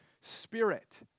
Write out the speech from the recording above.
spirit